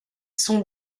sont